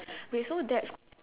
wait so that's